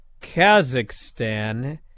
Kazakhstan